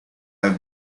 have